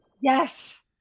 Yes